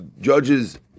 judges